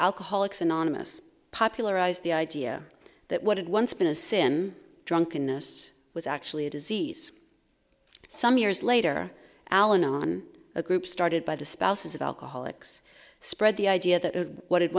alcoholics anonymous popularized the idea that what it once been a sin drunkenness was actually a disease some years later al anon a group started by the spouses of alcoholics spread the idea that what